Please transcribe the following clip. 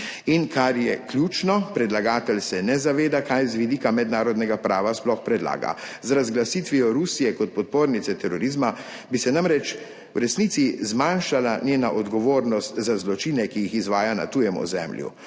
in kar je ključno, predlagatelj se ne zaveda, kaj z vidika mednarodnega prava sploh predlaga. Z razglasitvijo Rusije kot podpornice terorizma bi se namreč v resnici zmanjšala njena odgovornost za zločine, ki jih izvaja na tujem ozemlju.